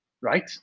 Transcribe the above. right